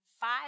five